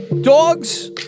dogs